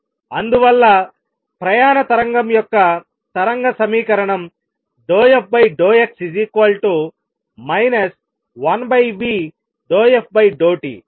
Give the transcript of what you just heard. అందువల్ల ప్రయాణ తరంగం యొక్క తరంగ సమీకరణం ∂f∂x 1v∂f∂t